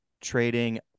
trading